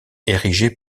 érigée